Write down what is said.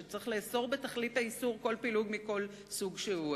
שצריך לאסור בתכלית האיסור כל פילוג מכל סוג שהוא.